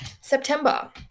September